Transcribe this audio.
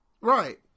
Right